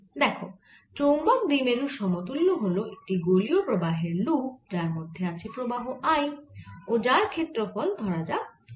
দেখো চৌম্বক দ্বিমেরুর সমতুল্য হল একটি গোলীয় প্রবাহের লুপ যার মধ্যে আছে প্রবাহ I ও যার ক্ষেত্রফল ধরা যাক a